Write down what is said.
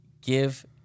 give